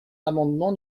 l’amendement